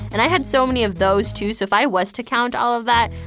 and i had so many of those, too. so if i was to count all of that,